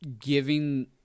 giving